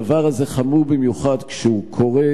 הדבר הזה חמור במיוחד כשהוא קורה